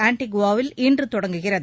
ஆண்டிகுவாவில் இன்று தொடங்குகிறது